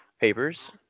Papers